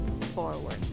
forward